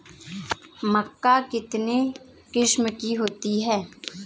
मक्का कितने किस्म की होती है?